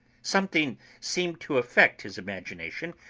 something seemed to affect his imagination,